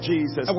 Jesus